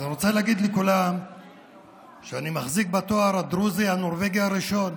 אז אני רוצה להגיד לכולם שאני מחזיק בתואר הדרוזי הנורבגי הראשון,